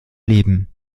leben